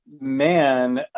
Man